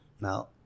now